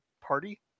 party